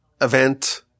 event